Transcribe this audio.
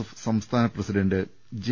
F സംസ്ഥാന president J